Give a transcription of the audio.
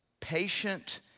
patient